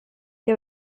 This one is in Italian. che